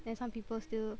then some people still